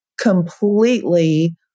completely